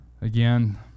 Again